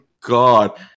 god